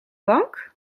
bank